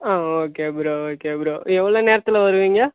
ஆ okay bro okay bro எவ்வளோ நேரத்தில் வருவீங்கள்